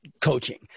coaching